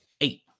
eight